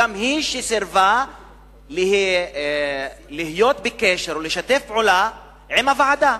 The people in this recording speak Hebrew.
היא גם סירבה להיות בקשר ולשתף פעולה עם הוועדה.